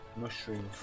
mushroom